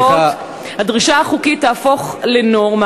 הדרישה החוקית תהפוך לנורמה.